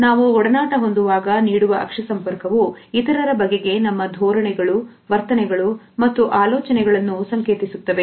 ನಾವು ಒಡನಾಟ ಹೊಂದುವಾಗ ನೀಡುವ ಅಕ್ಷಿ ಸಂಪರ್ಕವು ಇತರರ ಬಗೆಗೆ ನಮ್ಮ ಧೋರಣೆಗಳು ವರ್ತನೆಗಳು ಮತ್ತು ಆಲೋಚನೆಗಳನ್ನು ಸಂಕೇತಿಸುತ್ತವೆ